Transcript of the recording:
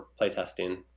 playtesting